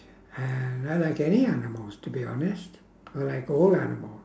uh I like any animals to be honest I like all animals